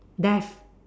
death